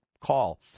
call